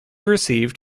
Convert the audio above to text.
received